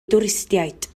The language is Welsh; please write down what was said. dwristiaid